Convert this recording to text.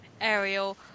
Ariel